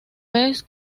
vez